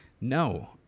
No